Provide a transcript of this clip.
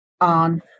on